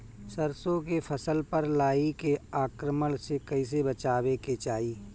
सरसो के फसल पर लाही के आक्रमण से कईसे बचावे के चाही?